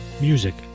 Music